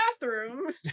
bathroom